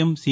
M C